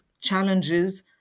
challenges